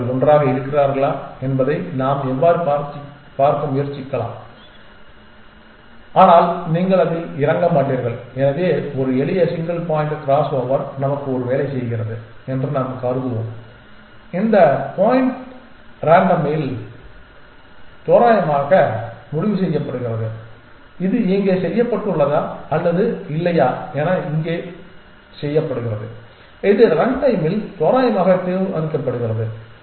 அவர்கள் ஒன்றாக இருக்கிறார்களா என்பதை நாம் எவ்வாறு பார்க்க முயற்சி செய்யலாம் ஆனால் நீங்கள் அதில் இறங்க மாட்டீர்கள் எனவே ஒரு எளிய சிங்கிள் பாயிண்ட் கிராஸ்ஓவர் நமக்கு ஒரு வேலை செய்கிறது என்று நாம் கருதுவோம் இந்த பாயிண்ட் ரன்டைமில் தோராயமாக முடிவு செய்யப்படுகிறது இது இங்கே செய்யப்பட்டுள்ளதா அல்லது இல்லையா என இங்கே செய்யப்படுகிறது இது ரன்டைமில் தோராயமாக தீர்மானிக்கப்படுகிறது